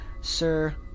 sir